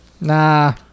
Nah